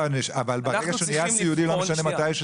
אבל ברגע שהוא נהיה סיעודי, לא משנה מתי.